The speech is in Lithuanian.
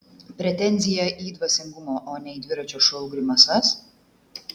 pretenzija į dvasingumą o ne į dviračio šou grimasas